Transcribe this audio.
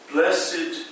Blessed